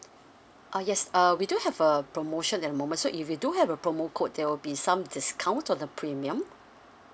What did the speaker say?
ah yes uh we do have a promotion at the moment so if you do have a promo code there will be some discount on the premium